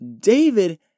David